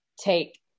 take